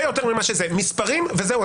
מספרים וזהו.